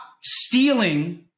stealing